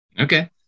Okay